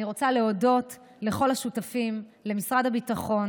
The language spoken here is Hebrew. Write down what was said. אני רוצה להודות לכל השותפים: למשרד הביטחון,